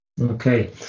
Okay